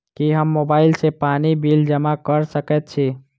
की हम मोबाइल सँ पानि बिल जमा कऽ सकैत छी?